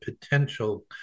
potential